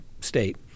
state